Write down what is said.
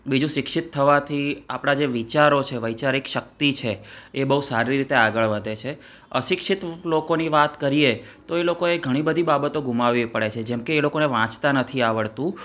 બીજું શિક્ષિત થવાથી આપણા જે વિચારો છે વૈચારીક શક્તિ છે એ બહુ સારી રીતે આગળ વધે છે અશિક્ષિત લોકોની વાત કરીએ તો એ લોકોએ ઘણી બધી બાબતો ગુમાવી પડે છે જેમ કે એ લોકોને વાંચતાં નથી આવડતું